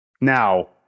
now